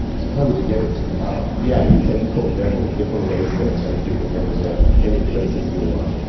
so how would you get it to the bowel? yeah you can coat them with different ways and and you can deliver them any places you want.